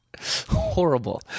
horrible